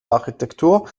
architektur